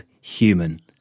Human